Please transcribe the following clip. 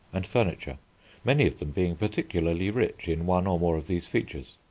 and furniture many of them being particularly rich in one or more of these features.